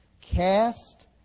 Cast